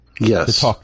Yes